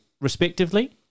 respectively